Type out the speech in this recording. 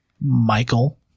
michael